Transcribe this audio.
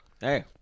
Hey